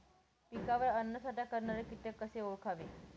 पिकावर अन्नसाठा करणारे किटक कसे ओळखावे?